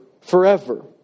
forever